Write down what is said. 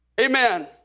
Amen